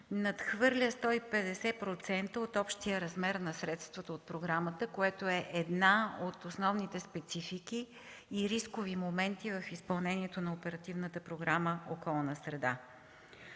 надхвърля 150% от общия размер на средствата от програмата, което е една от основните специфики и рискови моменти в изпълнението на Оперативната програма „Околна среда”.